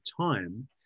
time